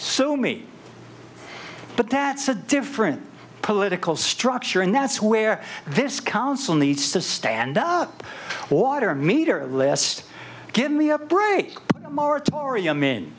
so me but that's a different political structure and that's where this council needs to stand up water meter lest give me up break moratorium in